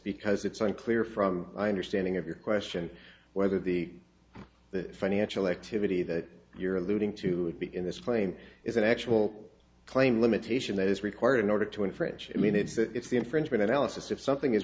because it's unclear from my understanding of your question whether the financial activity that you're alluding to be in this claim is an actual claim limitation is required in order to infringe i mean it's the infringement analysis if something is